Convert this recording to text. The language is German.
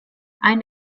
ein